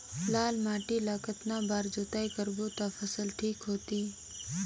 लाल माटी ला कतना बार जुताई करबो ता फसल ठीक होती?